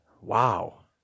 wow